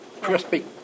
crispy